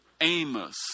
Amos